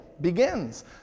begins